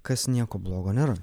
kas nieko blogo nėra